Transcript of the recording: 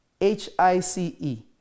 H-I-C-E